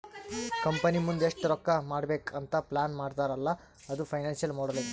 company ಮುಂದ್ ಎಷ್ಟ ರೊಕ್ಕಾ ಮಾಡ್ಬೇಕ್ ಅಂತ್ ಪ್ಲಾನ್ ಮಾಡ್ತಾರ್ ಅಲ್ಲಾ ಅದು ಫೈನಾನ್ಸಿಯಲ್ ಮೋಡಲಿಂಗ್